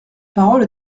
parole